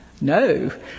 No